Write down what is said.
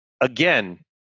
again